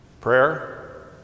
Prayer